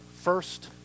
first